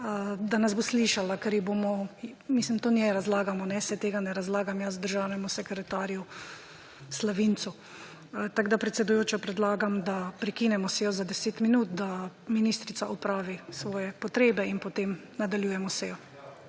da nas bo slišala, kar ji bomo … Mislim, to njej razlagamo, saj tega ne razlagam jaz državnemu sekretarju Slavincu. Tako, predsedujoča, predlagam, da prekinemo sejo za 10 minut, da ministrica opravi svoje potrebe in potem nadaljujemo sejo.